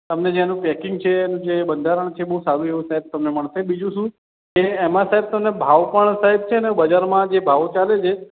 તમને જે આનું પૅકિંગ છે એનું જે બંધારણ છે એ બહુ સારું એવું તમને મળશે બીજું શું કે એમાં સાહેબ તમને ભાવ પણ સાહેબ છે ને બજારમાં જે ભાવ ચાલે છે